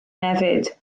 hefyd